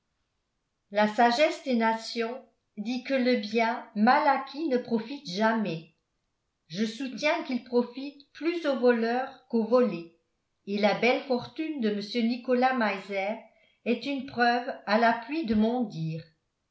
la sagesse des nations dit que le bien mal acquis ne profite jamais je soutiens qu'il profite plus aux voleurs qu'aux volés et la belle fortune de mr nicolas meiser est une preuve à l'appui de mon dire